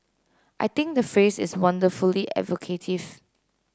I think the phrase is wonderfully evocative